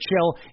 chill